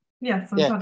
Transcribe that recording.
Yes